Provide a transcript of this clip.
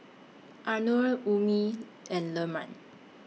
Anuar Ummi and Leman